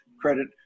credit